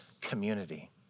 community